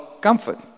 comfort